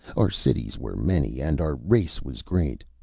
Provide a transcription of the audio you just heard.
our cities were many, and our race was great.